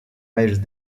miles